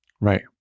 Right